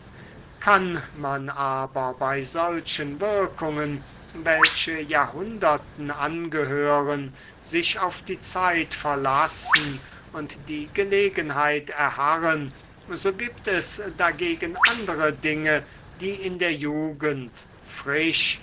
kann man aber bei solchen wirkungen welche jahrhunderten angehören sich auf die zeit verlassen und die gelegenheit erharren so gibt es dagegen andere dinge die in der jugend frisch